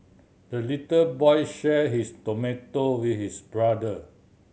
the little boy shared his tomato with his brother